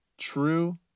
true